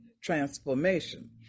transformation